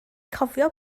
cofio